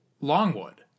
Longwood